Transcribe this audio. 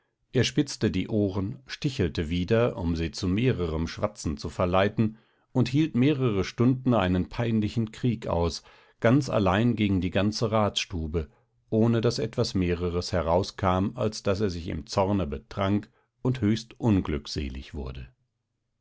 er spitzte die ohren stichelte wieder um sie zu mehrerem schwatzen zu verleiten und hielt mehrere stunden einen peinlichen krieg aus ganz allein gegen die ganze ratsstube ohne daß etwas mehreres herauskam als daß er sich im zorne betrank und höchst unglückselig wurde